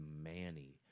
Manny